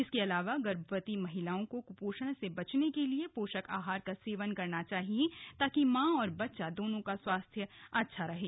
इसके अलावा गर्भवती महिलाओं को कुपोषण से बचने के लिए पोषक आहार का सेवन करना चाहिए ताकि मां और बच्चा दोनों का स्वास्थ्य अच्छा रहें